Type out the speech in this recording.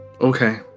okay